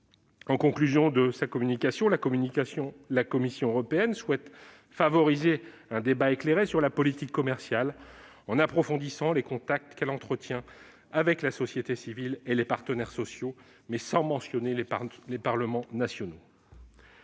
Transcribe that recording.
En conclusion de sa communication, la Commission européenne souligne vouloir « favoriser un débat éclairé sur la politique commerciale » en approfondissant les contacts qu'elle entretient avec la société civile et les partenaires sociaux, mais sans mentionner les parlements nationaux.